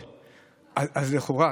לכאורה,